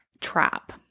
trap